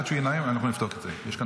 עד שהוא ידבר אנחנו נבדוק את זה, יש כאן